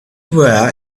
were